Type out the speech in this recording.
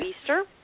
Easter